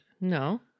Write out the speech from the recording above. No